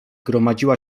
gromadziła